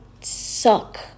suck